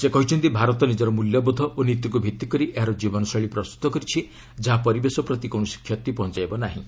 ସେ କହିଛନ୍ତି ଭାରତ ନିଜର ମିଲ୍ୟବୋଧ ଓ ନୀତିକୁ ଭିତ୍ତି କରି ଏହାର ଜୀବନଶୈଳୀ ପ୍ରସ୍ତୁତ କରିଛି ଯାହା ପରିବେଶ ପ୍ରତି କୌଣସି କ୍ଷତି ପହଞ୍ଚାଇବ ନାହିଁ